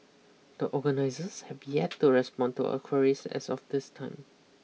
the organisers have be yet to respond to our queries as of this time